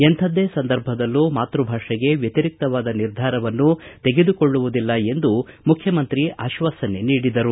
ಎಂತಹದ್ದೇ ಸಂದರ್ಭದಲ್ಲೂ ಮಾತೃ ಭಾಷೆಗೆ ವ್ಯತಿರಿಕ್ತವಾದ ನಿರ್ಧಾರವನ್ನು ತೆಗೆದುಕೊಳ್ಳುವುದಿಲ್ಲ ಎಂದು ಮುಖ್ಯಮಂತ್ರಿ ಆಶ್ವಾಸನೆ ನೀಡಿದರು